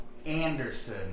anderson